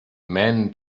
men